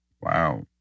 Wow